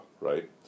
right